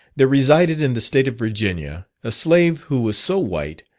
there resided in the state of virginia, a slave who was so white,